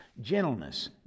gentleness